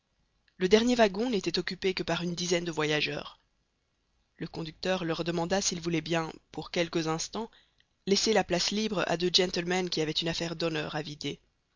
le dernier wagon n'était occupé que par une dizaine de voyageurs le conducteur leur demanda s'ils voulaient bien pour quelques instants laisser la place libre à deux gentlemen qui avaient une affaire d'honneur à vider